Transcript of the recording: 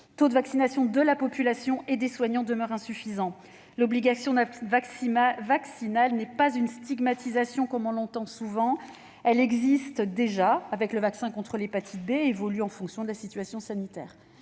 le taux de vaccination de la population et des soignants demeure insuffisant- c'est une réalité. L'obligation vaccinale n'est pas une stigmatisation, comme on l'entend souvent. Elle existe déjà contre l'hépatite B et évolue en fonction de la situation sanitaire.